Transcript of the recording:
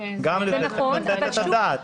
גם לתת את הדעת.